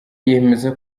yemeza